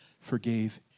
forgave